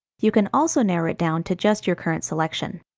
you can also narrow it down to just your current selection.